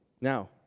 Now